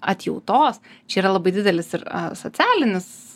atjautos čia yra labai didelis ir socialinis